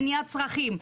מניעת צרכים,